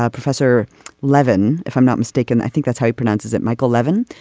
ah professor levin if i'm not mistaken i think that's how it pronounces it michael levin.